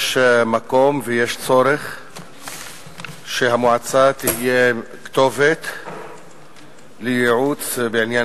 יש מקום ויש צורך שהמועצה תהיה כתובת לייעוץ בעניין